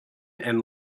and